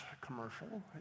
commercial